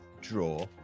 draw